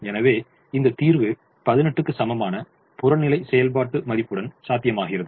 எனவே இந்த தீர்வு 18 க்கு சமமான புறநிலை செயல்பாட்டு மதிப்புடன் சாத்தியமாகுகிறது